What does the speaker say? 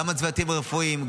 גם הצוותים הרפואיים,